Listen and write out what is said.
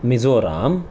Mizoram